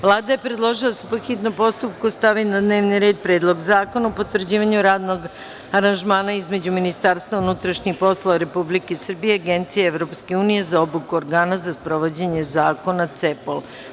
Vlada je predložila da se po hitnom postupku stavi na dnevni red – Predlog zakona o potvrđivanju radnog aranžmana između MUP Republike Srbije i Agencije EU za obuku organa za sprovođenje Zakona CEPOL.